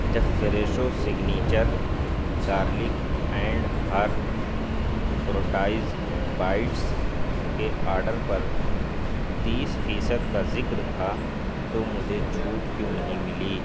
جب Fresho signature garlic and herb croutons bites کے order پر تیس فیصد کا ذکر تھا تو مجھے چھوٹ کیوں نہیں ملی